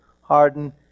harden